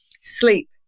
sleep